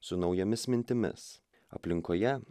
su naujomis mintimis aplinkoje